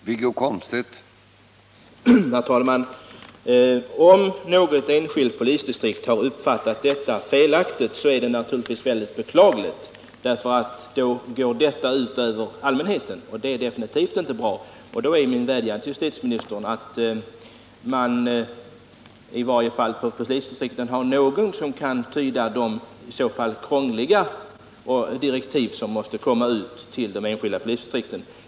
Herr talman! Om något enskilt polisdistrikt har uppfattat föreskrifterna felaktigt, är det naturligtvis mycket beklagligt. Då går ju detta ut över allmänheten, och det är definitivt inte bra. Min vädjan till justitieministern är därför att man i varje fall skall ha någon som kan tyda de krångliga direktiv som går ut till de enskilda polisdistrikten.